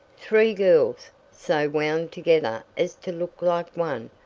three girls, so wound together as to look like one,